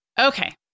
Okay